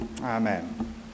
Amen